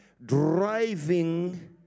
driving